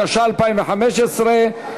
התשע"ה 2015,